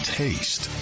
taste